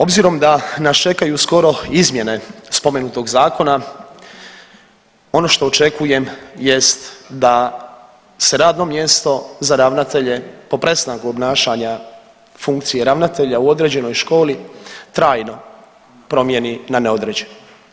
Obzirom da nas čekaju skoro izmjene spomenutog zakona ono što očekujem jest da se radno mjesto za ravnatelje po prestanku obnašanja funkcije ravnatelja u određenoj školi trajno promijeni na neodređeno.